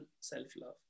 self-love